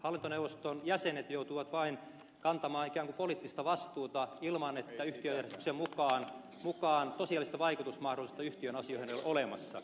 hallintoneuvoston jäsenet joutuvat vain kantamaan ikään kuin poliittista vastuuta ilman että yhtiöjärjestyksen mukaan tosiasiallista vaikutusmahdollisuutta yhtiön asioihin olisi olemassa